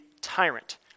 tyrant